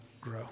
grow